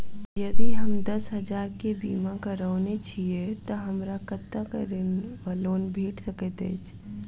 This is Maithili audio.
यदि हम दस हजार केँ बीमा करौने छीयै तऽ हमरा कत्तेक ऋण वा लोन भेट सकैत अछि?